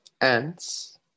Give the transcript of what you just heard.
ants